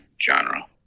genre